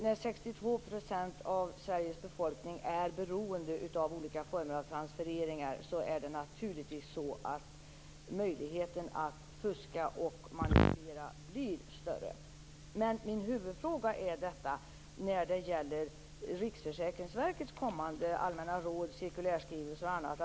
När 62 % av Sveriges befolkning är beroende av olika former av transfereringar, blir möjligheten att fuska och manipulera större. Min huvudfråga gäller Riksförsäkringsverkets kommande allmänna råd, cirkulärskrivelser och annat.